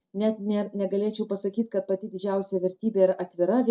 net nė negalėčiau pasakyt kad pati didžiausia vertybė yra atvira